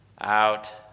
out